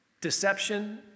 deception